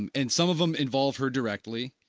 and and some of them involve her directly,